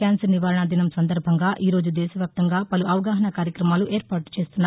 cancer నివారణ దినం సందర్భంగా ఈ రోజు దేశవ్యాప్తంగా పలు అవగాహనా కార్యక్రమాలు ఏర్పాటు చేస్తున్నారు